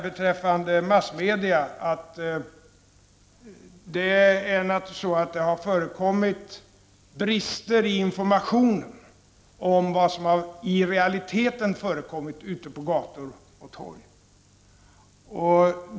Det har naturligtvis förekommit brister i informationen i massmedia om vad som i realiteten har förekommit ute på gator och torg.